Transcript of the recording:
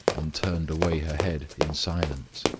and turned away her head in silence.